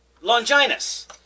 Longinus